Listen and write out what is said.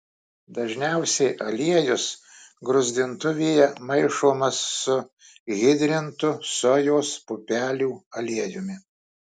dažniausiai aliejus gruzdintuvėje maišomas su hidrintu sojos pupelių aliejumi